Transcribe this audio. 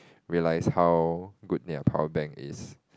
realise how good their powerbank is